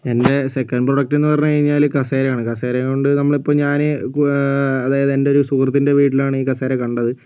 എൻ്റെ സെക്കൻഡ് പ്രോഡക്റ്റെന്നു പറഞ്ഞുകഴിഞ്ഞാൽ കസേരയാണ് കസേരയും കൊണ്ട് നമ്മളിപ്പോൾ ഞാൻ അതായത് എൻ്റെയൊരു സുഹൃത്തിൻ്റെ വീട്ടിലാണ് ഈ കസേര കണ്ടത്